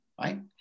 right